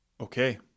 Okay